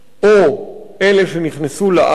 או אלה שנכנסו לארץ